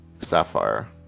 Sapphire